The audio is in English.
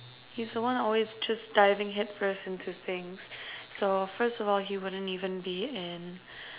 he's one who's always just diving headfirst into things so first of all he wouldn't even be in